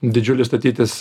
didžiulį statytis